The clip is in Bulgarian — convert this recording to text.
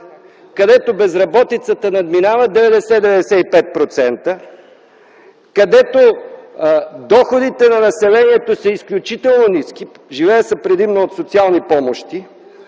където безработицата надминава 90-95%, където доходите на населението са изключително ниски. Живее се предимно от социални помощи.